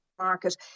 market